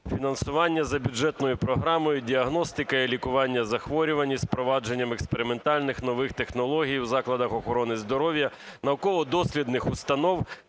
фінансування за бюджетною програмою "Діагностика і лікування захворювань із впровадженням експериментальних, нових технологій у закладах охорони здоров'я науково-дослідних установ